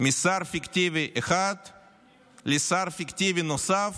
משר פיקטיבי אחד לשר פיקטיבי נוסף